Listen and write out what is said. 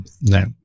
no